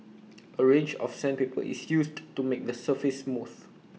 A range of sandpaper is used to make the surface smooth